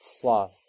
fluff